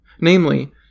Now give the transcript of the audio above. Namely